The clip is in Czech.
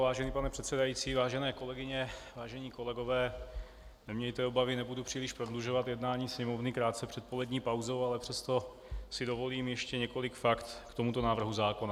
Vážený pane předsedající, vážené kolegyně, vážení kolegové, nemějte obavy, nebudu příliš prodlužovat jednání Sněmovny krátce před polední pauzou, ale přesto si dovolím ještě několik fakt k tomuto návrhu zákona.